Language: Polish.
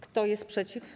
Kto jest przeciw?